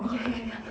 ya ya ya